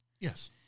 Yes